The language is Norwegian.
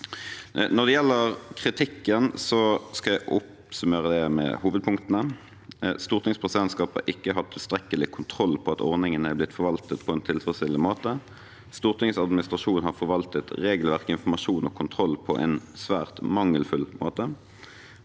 Når det gjelder kritikken, skal jeg oppsummere den med hovedpunktene: – Stortingets presidentskap har ikke hatt tilstrekkelig kontroll på at ordningene har blitt forvaltet på en tilfredsstillende måte. – Stortingets administrasjon har forvaltet regelverk, informasjon og kontroll på en svært mangelfull måte.